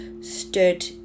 stood